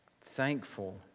thankful